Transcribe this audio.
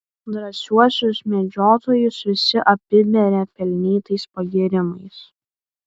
drąsiuosius medžiotojus visi apiberia pelnytais pagyrimais